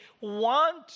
want